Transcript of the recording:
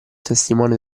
testimone